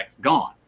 gone